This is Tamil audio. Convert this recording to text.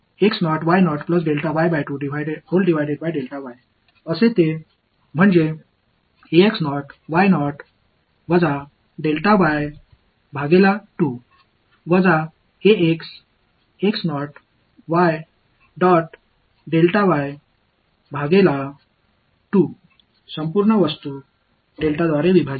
எனவே இது பொதுவாக ஆக மாறும் என்னிடம் இருப்பது ஒரு A x x nought Y minus delta Y 2 minus A x x nought y nought plus delta y 2 முழுவதும் டெல்டாவால் வகுக்கப்படுகிறது